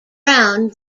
brown